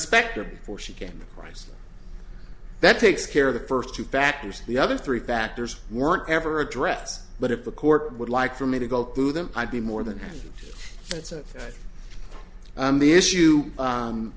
inspector before she can write that takes care of the first two factors the other three factors weren't ever address but if the court would like for me to go through them i'd be more than once at the issue